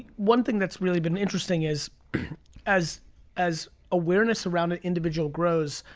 one thing that's really been interesting is as as awareness around an individual grows,